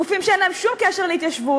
גופים שאין להם שום קשר להתיישבות.